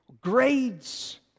Grades